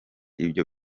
ibyo